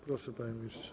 Proszę, panie ministrze.